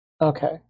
okay